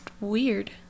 weird